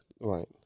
Right